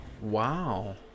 Wow